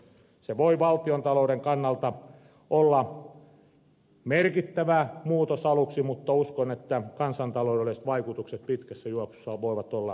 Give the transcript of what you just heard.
se voi valtiontalouden kannalta olla merkittävä muutos aluksi mutta uskon että kansantaloudelliset vaikutukset pitkässä juoksussa voivat olla moninkertaiset